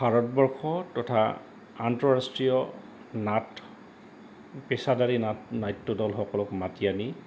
ভাৰতবৰ্ষ তথা আন্তঃৰাষ্ট্ৰীয় নাট পেছাদাৰী নাট নাট্য দলসকলক মাতি আনি